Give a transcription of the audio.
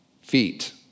feet